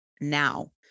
now